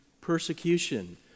persecution